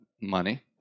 money